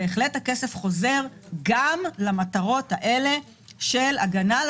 בהחלט הכסף חוזר גם למטרות של הגנה על